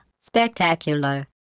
spectacular